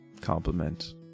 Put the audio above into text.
Compliment